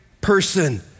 person